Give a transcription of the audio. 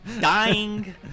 dying